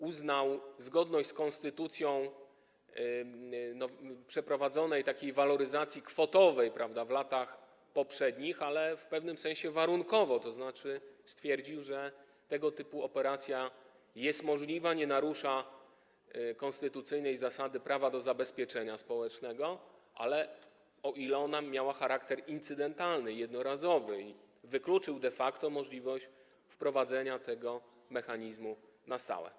Uznał zgodność z konstytucją waloryzacji kwotowej przeprowadzonej w latach poprzednich, ale w pewnym sensie warunkowo, tzn. stwierdził, że tego typu operacja jest możliwa, nie narusza konstytucyjnej zasady prawa do zabezpieczenia społecznego, o ile ma charakter incydentalny, jednorazowy, i wykluczył de facto możliwość wprowadzenia tego mechanizmu na stałe.